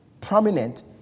prominent